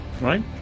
right